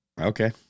Okay